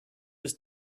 was